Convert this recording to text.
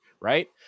Right